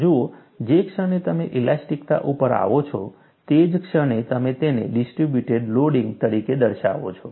જુઓ જે ક્ષણે તમે ઇલાસ્ટિકતા ઉપર આવો છો તે જ ક્ષણે તમે તેને ડિસ્ટ્રિબ્યુટેડ લોડિંગ તરીકે દર્શાવો છો